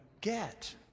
get